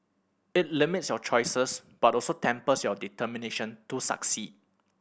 it limits your choices but also tempers your determination to succeed